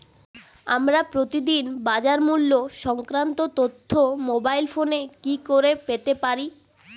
আমরা প্রতিদিন বাজার মূল্য সংক্রান্ত তথ্য মোবাইল ফোনে কি করে পেতে পারি?